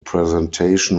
presentation